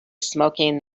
smoking